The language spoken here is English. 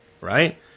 right